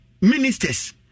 ministers